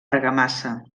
argamassa